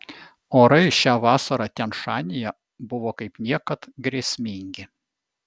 orai šią vasarą tian šanyje buvo kaip niekad grėsmingi